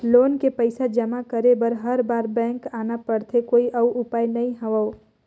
Loan के पईसा जमा करे बर हर बार बैंक आना पड़थे कोई अउ उपाय नइ हवय?